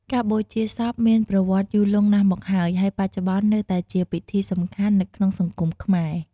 ការបូជាសពមានប្រវត្តិយូរលង់ណាស់មកហើយ ហើយបច្ចុប្បន្ននៅតែជាពិធីសំខាន់នៅក្នុងសង្គមខ្មែរ។